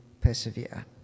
persevere